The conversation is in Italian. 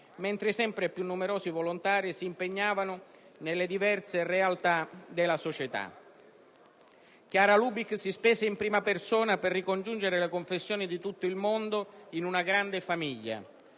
mentre sempre più numerosi volontari si impegnavano nelle diverse realtà della società. Chiara Lubich si spese in prima persona per ricongiungere le confessioni di tutto il mondo in una grande famiglia: